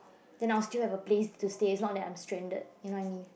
then I'll still have a place to stay it's not that I'm stranded you know what I mean